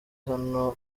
hano